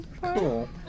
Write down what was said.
Cool